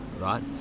right